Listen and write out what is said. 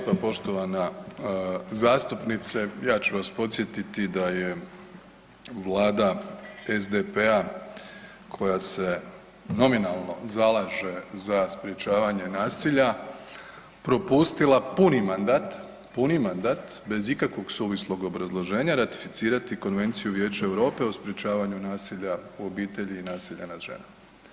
Hvala vam lijepa poštovana zastupnice, ja ću vas podsjetiti da je vlada SDP-a koja se nominalno zalaže za sprječavanje nasilja propustila puni mandat, puni mandat bez ikakvog suvislog obrazloženja ratificirati Konvenciju Vijeća Europe o sprječavanju nasilja u obitelji i nasilja nad ženama.